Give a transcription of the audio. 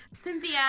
Cynthia